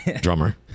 drummer